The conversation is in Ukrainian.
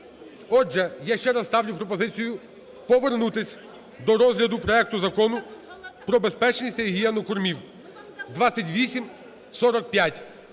Отже, я ще раз ставлю пропозицію повернутися до розгляду проекту Закону про безпечність та гігієну кормів (2845).